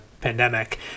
pandemic